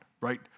right